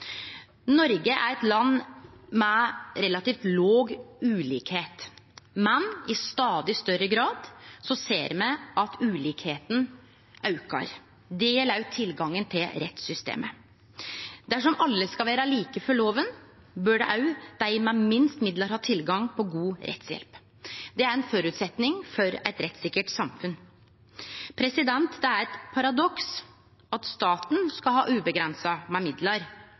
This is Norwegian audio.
Noreg er eit land med relativt låg ulikskap, men i stadig større grad ser me at ulikskapen aukar. Det gjeld òg tilgangen til rettssystemet. Dersom alle skal vere like for loven, bør òg dei med minst midlar har tilgang på god rettshjelp. Det er ein føresetnad for eit rettssikkert samfunn. Det er eit paradoks at staten skal ha uavgrensa med midlar